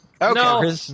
No